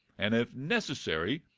and, if necessary,